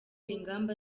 ingamba